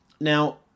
Now